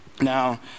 Now